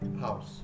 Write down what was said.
house